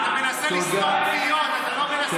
אתה מנסה לסתום פיות, אתה לא מנסה להוריד את השיח.